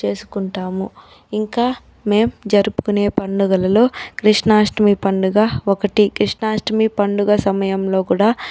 చేసుకుంటాము ఇంకా మేం జరుపుకునే పండుగలలో కృష్ణాష్టమి పండుగ ఒకటి కృష్ణాష్టమి పండుగ సమయంలో కూడా మేము